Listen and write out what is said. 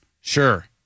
sure